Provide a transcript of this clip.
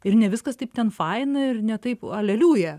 ir ne viskas taip ten faina ir ne taip aleliuja